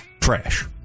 trash